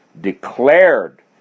declared